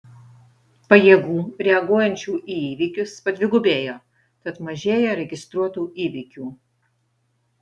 pajėgų reaguojančių į įvykius padvigubėjo tad mažėja registruotų įvykių